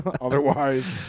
Otherwise